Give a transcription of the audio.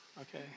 Okay